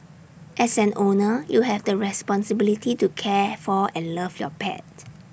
as an owner you have the responsibility to care for and love your pet